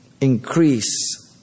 increase